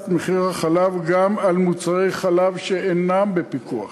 מחיר החלב גם על מוצרי חלב שאינם בפיקוח.